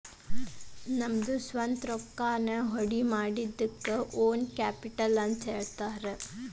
ನಮ್ದ ಸ್ವಂತ್ ರೊಕ್ಕಾನ ಹೊಡ್ಕಿಮಾಡಿದಕ್ಕ ಓನ್ ಕ್ಯಾಪಿಟಲ್ ಅಂತ್ ಹೇಳ್ತಾರ